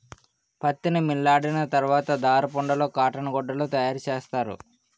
పత్తిని మిల్లియాడిన తరవాత దారపుండలు కాటన్ గుడ్డలు తయారసేస్తారు